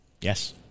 yes